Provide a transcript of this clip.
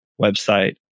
website